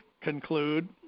conclude